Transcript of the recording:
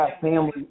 family